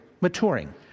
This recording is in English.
maturing